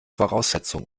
voraussetzung